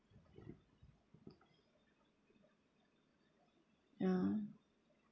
ya